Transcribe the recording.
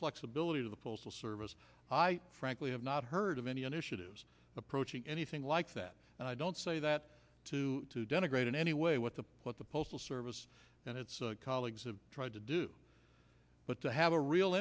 flexibility to the postal service i frankly have not heard of any initiatives approaching anything like that and i don't say that to denigrate in any way what the what the postal service and its colleagues have tried to do but to have a real